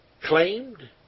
claimed